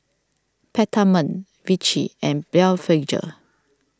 Peptamen Vichy and Blephagel